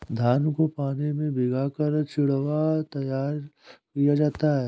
धान को पानी में भिगाकर चिवड़ा तैयार किया जाता है